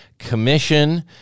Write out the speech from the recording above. Commission